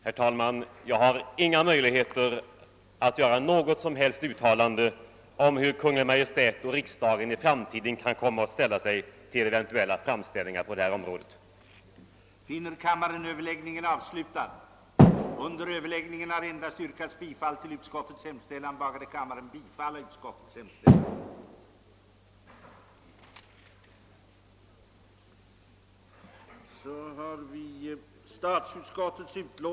Herr talman! Jag tar herr Göran Karlssons senaste uttalande som ett löfte från majoritetssidan om att vi skall vara kloka tillsammans, om ärendet faller denna gång.